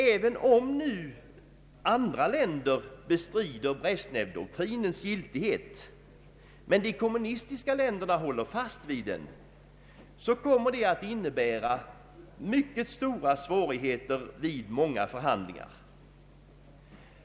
Även om andra länder bestrider Brezjnevdoktrinens giltighet men de kommunistiska länderna håller fast vid den, så kommer det att innebära mycket stora svårigheter vid många förhandlingar.